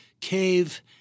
cave